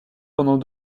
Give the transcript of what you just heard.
pendant